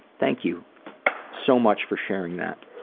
thank you so much for sharing that.